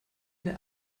der